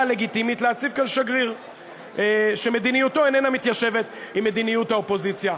לגיטימית להציב כאן שגריר שמדיניותו איננה מתיישבת עם מדיניות האופוזיציה.